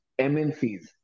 MNCs